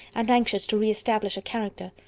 and anxious to re-establish a character.